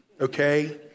Okay